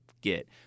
get